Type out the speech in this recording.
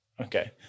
Okay